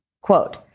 Quote